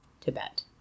Tibet